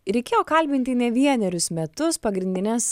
reikėjo kalbinti ne vienerius metus pagrindines